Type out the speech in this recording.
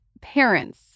parents